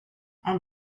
and